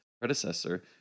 predecessor